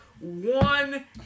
one